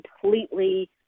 completely